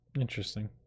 interesting